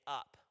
up